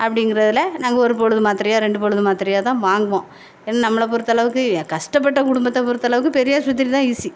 அப்படிங்குறதுல நாங்கள் ஒரு பொழுது மாத்திரையோ ரெண்டு பொழுது மாத்திரையோ தான் வாங்குவோம் ஏன்னால் நம்மளை பொருத்தளவுக்கு கஷ்டப்பட்ட குடும்பத்தை பொருத்தளவுக்கு பெரியாஸ்பத்திரி தான் ஈஸி